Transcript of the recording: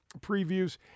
previews